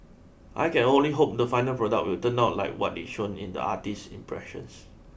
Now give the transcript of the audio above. I can only hope the final product will turn out like what is shown in the artist's impressions